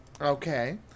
Okay